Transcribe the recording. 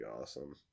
awesome